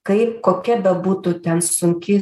kaip kokia bebūtų ten sunki